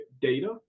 data